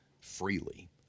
freely